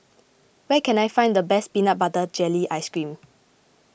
where can I find the best Peanut Butter Jelly Ice Cream